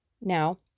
Now